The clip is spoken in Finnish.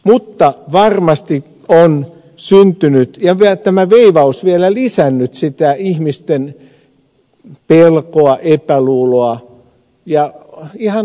mutta varmasti on syntynyt ja tämä veivaus vielä lisännyt sitä ihmisten pelkoa epäluuloa ja ihan ahdistustakin